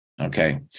Okay